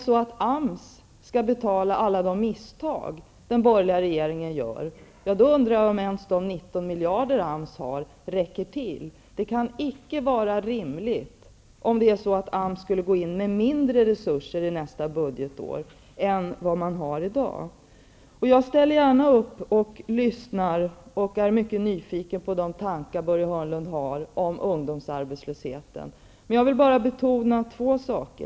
Skall AMS betala alla de misstag den borgerliga regeringen gör, undrar jag om ens de 19 miljarder AMS har räcker till. Det kan icke vara rimligt, speciellt inte om AMS går in i nästa budgetår med mindre resurser än man har i dag. Jag är nyfiken på och tar gärna del av de tankar som Börje Hörnlund har om ungdomsarbetslösheten. Men jag vill betona två saker.